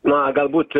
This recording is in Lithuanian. na galbūt